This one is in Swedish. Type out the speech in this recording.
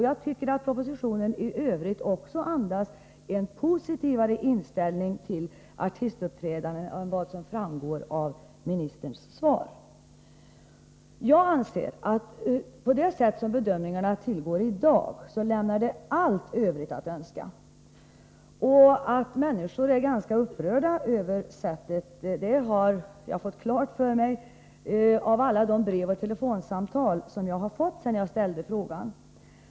Jag tycker att propositionen i övrigt andas en positivare inställning till artistuppträdanden än vad som framgår av ministerns svar. Det sätt på vilket bedömningarna tillgår i dag lämnar allt övrigt att önska. Att människor är ganska upprörda över detta förfaringssätt har jag fått klart för mig av alla de brev och telefonsamtal som jag fått sedan jag framställde min fråga.